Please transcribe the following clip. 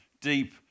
deep